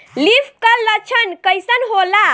Leaf curl लक्षण कइसन होला?